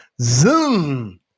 zoom